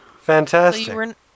Fantastic